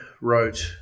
wrote